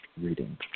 reading